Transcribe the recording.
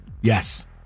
Yes